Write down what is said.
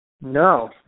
No